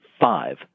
five